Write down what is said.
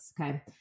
okay